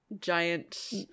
giant